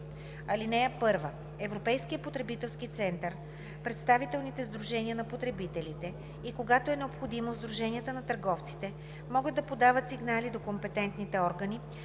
190к. (1) Европейският потребителски център, представителните сдружения на потребителите и когато е необходимо, сдружения на търговците, могат да подават сигнали до компетентните органи